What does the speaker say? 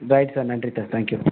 பாய் sir நன்றி sir thank you